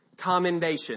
Commendation